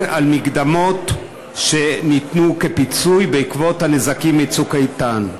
על מקדמות שניתנו כפיצוי בעקבות הנזקים מ"צוק איתן".